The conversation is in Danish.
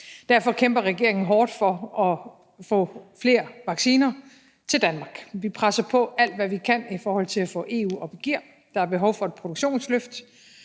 Derfor kæmper regeringen hårdt for at få flere vacciner til Danmark. Vi presser på alt, hvad vi kan, i forhold til at få EU op i gear. Der er behov for et produktionsløft.